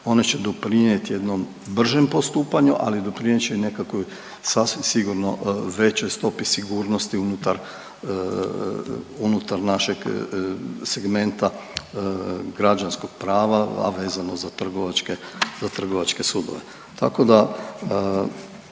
one će doprinjet jednom bržem postupanju, ali doprinjet će i nekakvoj sasvim sigurno većoj stopi sigurnosti unutar, unutar našeg segmenta građanskog prava, a vezano za trgovačke, za trgovačke